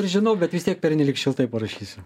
ir žinau bet vis tiek pernelyg šiltai parašysiu